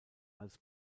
als